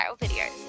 videos